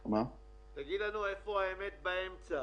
תגיד לנו איפה האמת באמצע.